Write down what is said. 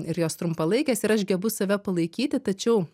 ir jos trumpalaikės ir aš gebu save palaikyti tačiau